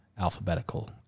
alphabetical